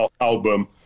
album